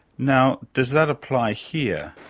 now, does that apply here?